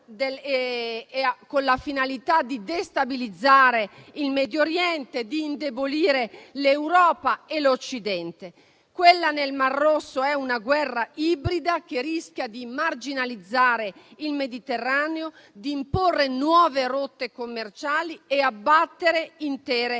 con la finalità di destabilizzare il Medio Oriente, di indebolire l'Europa e l'Occidente. Quella nel Mar Rosso è una guerra ibrida che rischia di marginalizzare il Mediterraneo, di imporre nuove rotte commerciali e abbattere intere economie.